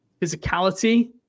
physicality